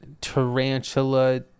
tarantula